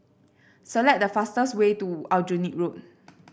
select the fastest way to Aljunied Road